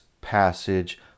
passage